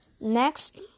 Next